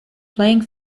playing